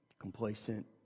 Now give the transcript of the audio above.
complacent